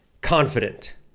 confident